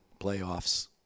playoffs